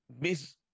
miss